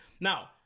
Now